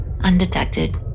undetected